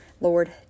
Lord